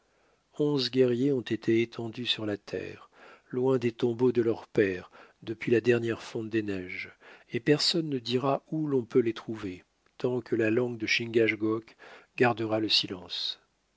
onze guerriers ont été étendus sur la terre loin des tombeaux de leurs pères depuis la dernière fonte des neiges et personne ne dira où l'on peut les trouver tant que la langue de chingachgook gardera le silence